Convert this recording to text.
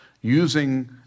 using